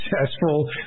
successful